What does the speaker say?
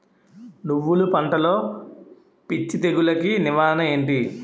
నువ్వులు పంటలో పిచ్చి తెగులకి నివారణ ఏంటి?